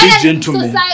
gentlemen